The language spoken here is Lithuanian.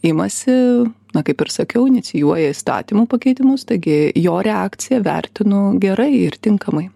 imasi na kaip ir sakiau inicijuoja įstatymų pakeitimus taigi jo reakciją vertinu gerai ir tinkamai